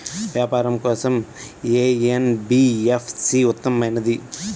వ్యాపారం కోసం ఏ ఎన్.బీ.ఎఫ్.సి ఉత్తమమైనది?